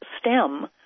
stem